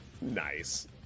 Nice